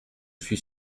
suis